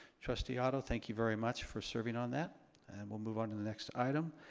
trustee otto, thank you very much for serving on that and we'll move onto the next item.